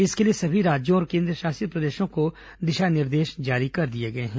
इसके लिए सभी राज्यों और केन्द्रशासित प्रदेशों को दिशा निर्देश जारी कर दिए गए हैं